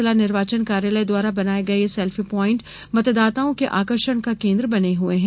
जिला निर्वाचन कार्यालय द्वारा बनाए गए यह सेल्फी प्वाइंट मतदाताओं के आकर्षण का केंद्र बने हुए हैं